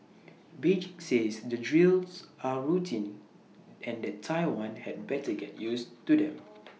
Beijing says the drills are routine and that Taiwan had better get used to them